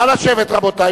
נא לשבת, רבותי.